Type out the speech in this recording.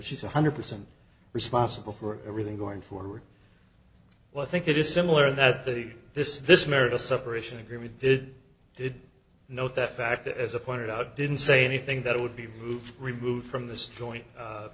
she's one hundred percent responsible for everything going forward well i think it is similar in that they this this marital separation agreement did did note that fact as a pointed out didn't say anything that would be moved removed from th